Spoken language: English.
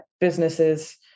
businesses